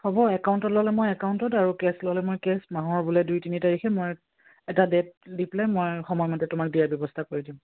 হ'ব একাউণ্টত ল'লে মই একাউণ্টত আৰু কেছ ল'লে মই কেছ মাহৰ বোলে দুই তিনি তাৰিখে মই এটা ডেট দি পেলাই মই সময়মতে তোমাক দিয়াৰ ব্যৱস্থা কৰি দিম